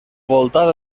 voltada